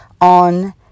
on